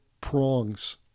prongs